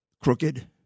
crooked